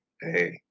hey